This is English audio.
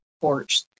porch